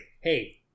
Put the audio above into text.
hey